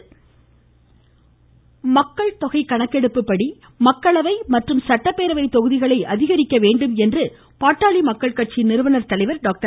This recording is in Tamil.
ராமதாஸ் மக்கள் தொகைப்படி மக்களவை மற்றும் சட்டப்பேரவை தொகுதிகளை அதிகரிக்க வேண்டும் என்று பாட்டாளி மக்கள் கட்சி நிறுவனர் தலைவர் டாக்டர்